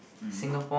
mmhmm